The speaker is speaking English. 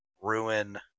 ruin